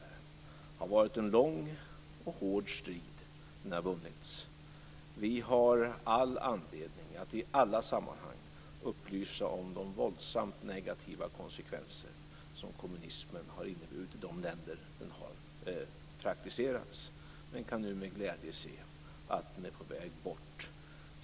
Det har varit en lång och hård strid, men den har vunnits. Vi har all anledning att i alla sammanhang upplysa om de våldsamt negativa konsekvenser som kommunismen har inneburit i de länder där den har praktiserats, men vi kan nu med glädje se att den är på väg bort.